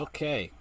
Okay